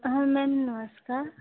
ହଁ ମ୍ୟାମ୍ ନମସ୍କାର